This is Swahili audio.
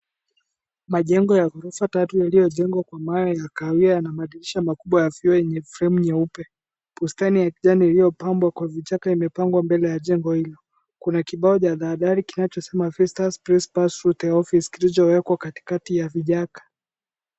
Majengo ya ghorofa tatu yaliyojengwa kwa mawe ya kahawia na madirisha makubwa ya vioo yenye fremu nyeupe. Bustani ya kijani yaliyopambwa kwa vichaka imepangwa mbele ya jengo hili. Kuna kibao cha tahadhari kinachosema visitors trespass to the office kilichowekwa katikati ya vichaka.